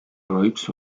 groups